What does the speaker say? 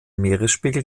meeresspiegel